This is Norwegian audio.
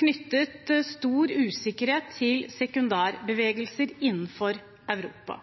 knyttet stor usikkerhet til sekundærbevegelser innenfor Europa.